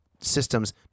Systems